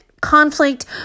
Conflict